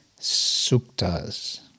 suktas